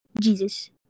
Jesus